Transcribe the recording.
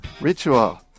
Ritual